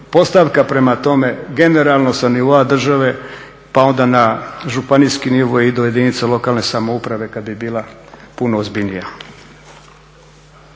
postavka prema tome generalno sa nivoa države pa onda na županijski nivo i do jedinica lokalne samouprave kad bi bila puno ozbiljnija.